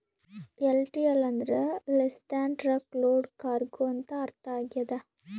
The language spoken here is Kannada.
ಎಲ್.ಟಿ.ಎಲ್ ಅಂದ್ರ less than truck load cargo ಅಂತ ಅರ್ಥ ಆಗ್ಯದ